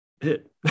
hit